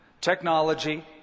technology